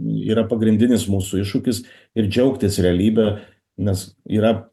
yra pagrindinis mūsų iššūkis ir džiaugtis realybe nes yra